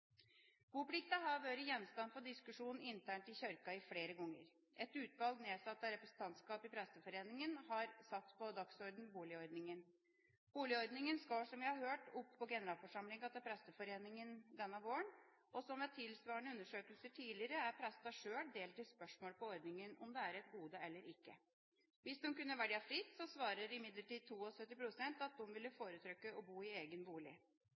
har vært gjenstand for diskusjon internt i Kirken flere ganger. Et utvalg nedsatt av representantskapet i Presteforeningen har sett på dagens boligordning. Boligordningen skal, etter det jeg har hørt, opp på generalforsamlingen til Presteforeningen denne våren. Som ved tilsvarende undersøkelser tidligere er prestene sjøl delt i spørsmålet om ordningen er et gode eller ikke. Hvis de kunne velge fritt, svarer imidlertid 72 pst. at de ville foretrukket å bo i egen bolig.